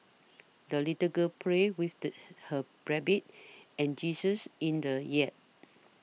the little girl prayed with the her rabbit and geese in the yard